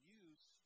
use